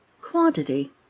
quantity